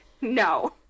no